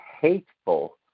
hateful